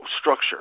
Structure